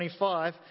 25